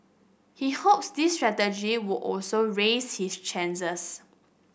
he hopes this strategy would also raise his chances